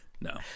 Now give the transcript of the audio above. No